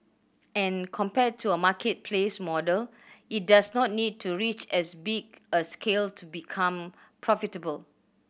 and compared to a marketplace model it does not need to reach as big a scale to become profitable